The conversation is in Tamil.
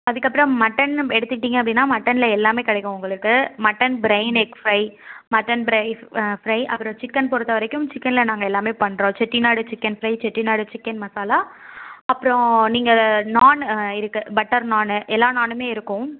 அதுக்கப்புறம் மட்டன் நம் எடுத்துட்டிங்க அப்படின்னா மட்டனில் எல்லாமே கிடைக்கும் உங்களுக்கு mutton brain egg fry mutton fry fry அப்புறம் சிக்கன் பொறுத்த வரைக்கும் சிக்கனில் நாங்கள் எல்லாமே பண்ணுறோம் Chettinad chicken fry Chettinad chicken masala அப்புறோம் நீங்கள் நாண் இருக்கு பட்டர் நாணு எல்லா நாணுமே இருக்கும்